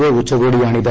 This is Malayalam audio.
ഒ ഉച്ചകോടിയാണിത്